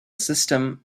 system